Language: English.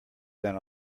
than